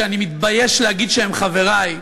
שאני מתבייש להגיד שהם חברי,